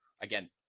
Again